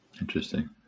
Interesting